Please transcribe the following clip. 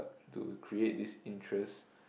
to create this interest